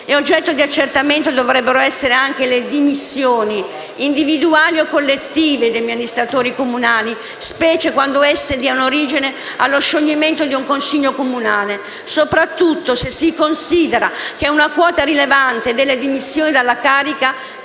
Oggetto di accertamento dovrebbero essere anche le dimissioni, individuali o collettive, di amministratori comunali, specie quando esse diano origine allo scioglimento di un Consiglio comunale, soprattutto se si considera che una quota rilevante delle dimissioni dalla carica